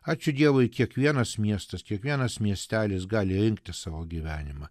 ačiū dievui kiekvienas miestas kiekvienas miestelis gali rinkti savo gyvenimą